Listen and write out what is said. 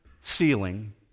ceiling